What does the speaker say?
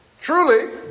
Truly